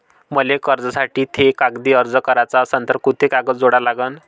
मले कर्जासाठी थे कागदी अर्ज कराचा असन तर कुंते कागद जोडा लागन?